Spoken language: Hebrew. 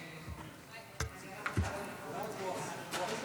ההצעה להעביר את הנושא